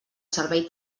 servei